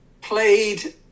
played